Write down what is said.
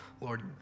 Lord